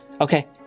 Okay